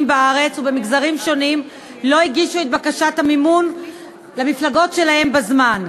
בארץ ובמגזרים שונים לא הגישו את בקשת המימון למפלגות שלהן בזמן.